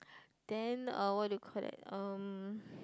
then uh what do you call that um